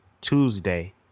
Tuesday